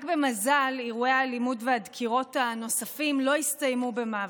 רק במזל אירועי הדקירות והאלימות הנוספים לא הסתיימו במוות.